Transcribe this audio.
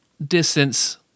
Distance